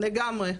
לגמרי.